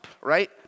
right